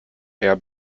air